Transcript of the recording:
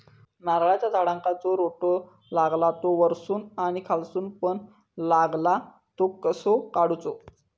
नारळाच्या झाडांका जो रोटो लागता तो वर्सून आणि खालसून पण लागता तो कसो काडूचो?